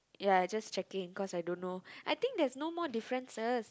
ya just checking cause I don't know I think there's no more differences